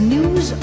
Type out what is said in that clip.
News